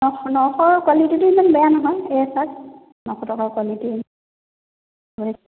নশ নশৰ কোৱালিটিটো ইমান বেয়া নহয় এয়া চাওক নশ টকাৰ কোৱালিটি